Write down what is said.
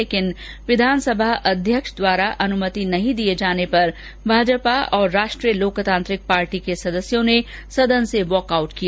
लेकिन विधानसभा अध्यक्ष द्वारा अनुमति नहीं दिये जाने पर भाजपा और राष्ट्रीय लोकतांत्रिक पार्टी के सदस्यों ने सदन से वॉकआउट किया